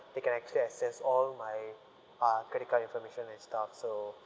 they can actually access all my uh credit card information and stuff so